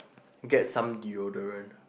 get some deodorant